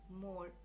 more